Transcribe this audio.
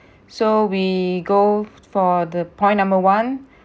so we go for the point number one